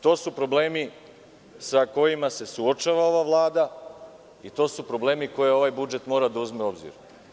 To su problemi sa kojima se suočava ova Vlada i to su problemi koji ovaj budžet mora da uzme u obzir.